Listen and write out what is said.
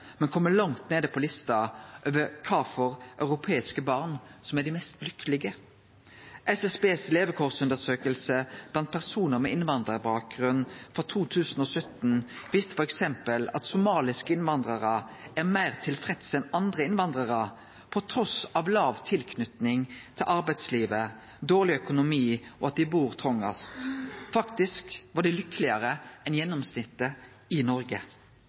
men kjem langt ned på lista over kva for europeiske barn som er dei mest lukkelege. SSBs levekårsundersøking blant personar med innvandrarbakgrunn frå 2017 viste f.eks. at somaliske innvandrarar er meir tilfredse enn andre innvandrarar, trass i låg tilknyting til arbeidslivet, dårleg økonomi og at dei bur trongast. Faktisk var dei lukkelegare enn gjennomsnittet i Noreg.